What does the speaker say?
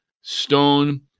stone